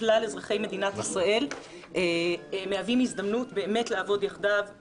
כלל אזרחי מדינת ישראל מהווים הזדמנות באמת לעבוד יחדיו